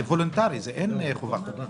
זה וולונטרי, אין חובה כזאת.